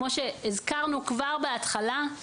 כמו שהזכרנו כבר בהתחלה,